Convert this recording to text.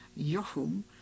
Jochum